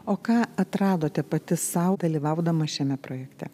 o ką atradote pati sau dalyvaudama šiame projekte